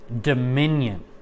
dominion